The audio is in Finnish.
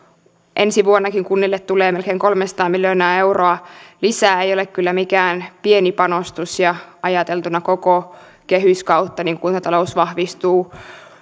ensi vuonnakin kunnille tulee melkein kolmesataa miljoonaa euroa lisää ei ole kyllä mikään pieni panostus ja ajatellen koko kehyskautta kuntatalous vahvistuu